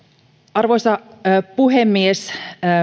arvoisa puhemies